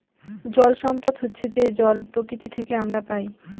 জল সম্পদ হচ্ছে যে জল প্রকৃতি থেকে আমরা পায়